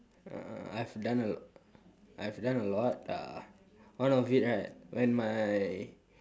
uh I've done a I've done a lot uh one of it right when my